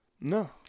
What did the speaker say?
No